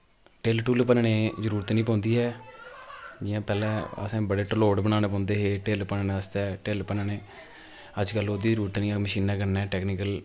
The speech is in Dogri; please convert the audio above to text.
ढिल्ल ढुल्ल भनने जरूरत निं पौंदी ऐ जि'यां पैह्लें असें बड़े टलोट बनाने पौंदे हे ढिल्ल भननै आस्तै ढिल्ल भनने अजकल ओह्दी जरूरत निं ऐ मशीनै कन्नै टैकनिकल